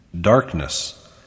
darkness